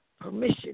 permission